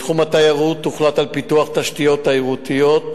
בתחום התיירות, הוחלט על פיתוח תשתיות תיירותיות,